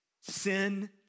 sin